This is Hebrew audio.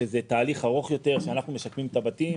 שזה תהליך ארוך יותר שאנחנו משקמים את הבתים.